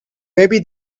maybe